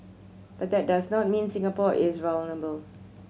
but that does not mean Singapore is vulnerable